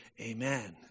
Amen